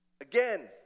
Again